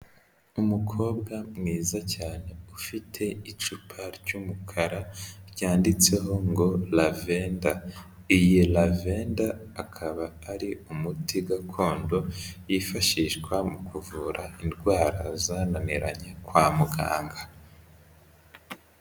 Umukobwa mwiza cyane ufite icupa ry'umukara ryanditseho ngo lavenda. Iyi lavenda akaba ari umuti gakondo yifashishwa mu kuvura indwara zananiranye kwa muganga.